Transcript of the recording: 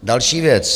Další věc.